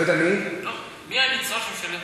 בוא תגיד לי, אני לא יודע מי הניצול שמשלם